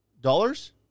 Dollars